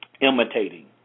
imitating